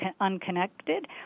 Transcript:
unconnected